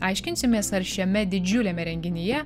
aiškinsimės ar šiame didžiuliame renginyje